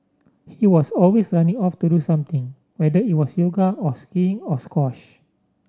he was always running off to do something whether it was yoga or skiing or squash